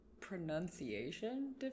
pronunciation